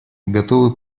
готовы